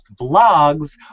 blogs